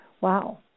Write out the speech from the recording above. wow